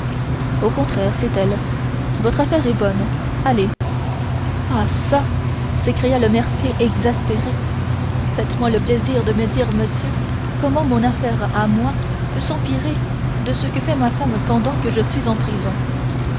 au contraire c'est d'elle votre affaire est bonne allez ah çà s'écria le mercier exaspéré faites-moi le plaisir de me dire monsieur comment mon affaire à moi peut s'empirer de ce que fait ma femme pendant que je suis en prison